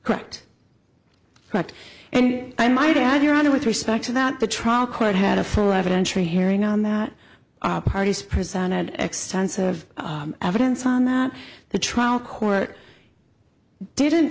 correct correct and i might add your honor with respect to that the trial court had a full evidentiary hearing on that our parties presented extensive evidence on that the trial court didn't